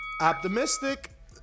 Optimistic